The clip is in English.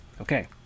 Okay